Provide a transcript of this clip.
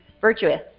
virtuous